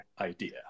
idea